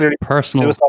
personal